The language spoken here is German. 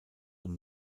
und